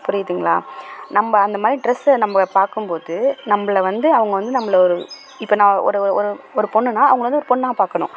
புரியுதுங்களா நம்ம அந்தமாதிரி ட்ரெஸ்ஸை நம்ம பார்க்கும் போது நம்மள வந்து அவங்க வந்து நம்மள ஒரு இப்போ நான் ஒரு ஒரு ஒரு பொண்ணுனா அவங்கள வந்து ஒரு பொண்ணாக பார்க்கணும்